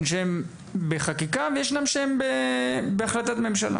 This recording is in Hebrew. שהם בחקיקה וישנם שהם בהחלטת ממשלה.